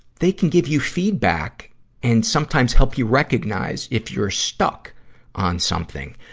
they can give you feedback and sometimes help you recognize if you're stuck on something.